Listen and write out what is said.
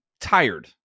tired